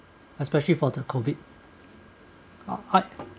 especially for the COVID I